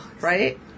Right